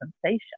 sensation